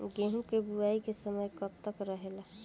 गेहूँ के बुवाई के समय कब तक रहेला?